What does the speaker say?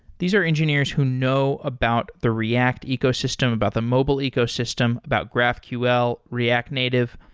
these are engineers who know about the react ecosystem, about the mobile ecosystem, about graphql, react native.